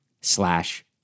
slash